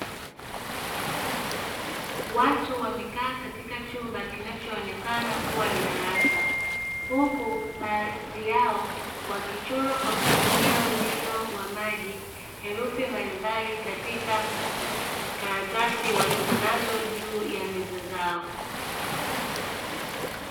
Watu wamekaa katika chumba kinachoonekana kuwa ni darasa, huku baadhi yao wakichora kwa kutumia wino wa maji herufi mbalimbali katika karatasi walizonazo juu ya meza zao.